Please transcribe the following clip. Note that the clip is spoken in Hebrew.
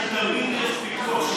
1. 2. יש פיקוח שיפוטי.